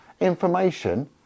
information